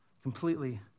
completely